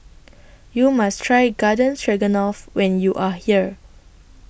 YOU must Try Garden Stroganoff when YOU Are here